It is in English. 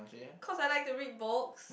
cause I like to read books